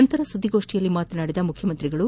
ಬಳಿಕ ಸುದ್ದಿಗೋಷ್ಠಿಯಲ್ಲಿ ಮಾತನಾಡಿದ ಮುಖ್ಯಮಂತ್ರಿ ಎಚ್